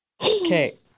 Okay